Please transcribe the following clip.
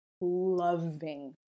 loving